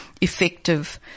effective